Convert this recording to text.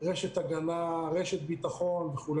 רשת הגנה וביטחון וכו'.